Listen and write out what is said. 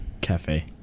Cafe